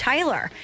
Tyler